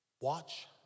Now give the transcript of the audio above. Watch